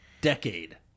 decade